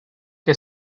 que